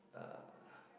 uh